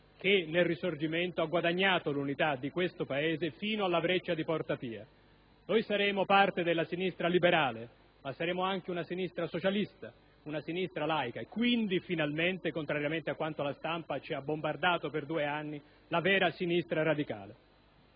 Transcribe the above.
che nel Risorgimento ha guadagnato l'unità di questo Paese fino alla breccia di Porta Pia. Noi saremo parte della sinistra liberale, ma saremo anche una sinistra socialista, una sinistra laica e quindi finalmente - contrariamente a quanto ci è stato bombardato per due anni dalla stampa - la vera sinistra radicale.